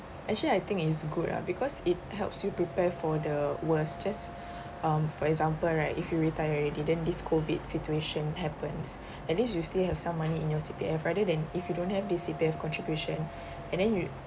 actually I think it's good lah because it helps you prepare for the worst just um for example right if you retired already then this COVID situation happens at least you still have some money in your C_P_F rather than if you don't have this C_P_F contribution and then you